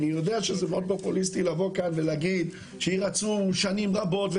אני יודע שזה מאוד פופוליסטי לבוא כאן ולהגיד שירצו שנים רבות.